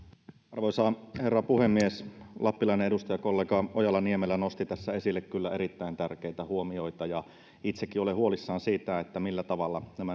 arvoisa herra puhemies lappilainen edustajakollega ojala niemelä nosti tässä esille kyllä erittäin tärkeitä huomioita ja itsekin olen huolissani siitä millä tavalla nämä